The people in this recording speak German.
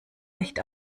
nicht